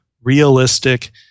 realistic